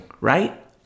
right